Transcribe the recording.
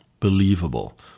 believable